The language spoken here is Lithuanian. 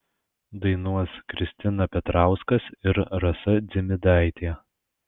dainuos kristina petrauskas ir rasa dzimidaitė